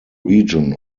region